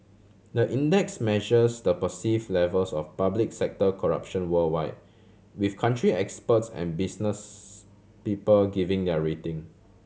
the index measures the perceive levels of public sector corruption worldwide with country experts and business people giving their rating